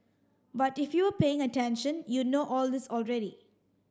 but if you were paying attention you'd know all this already